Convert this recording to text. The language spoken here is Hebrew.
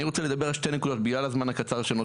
אני רוצה לדבר על שתי נקודות בגלל הזמן הקצר שנותר,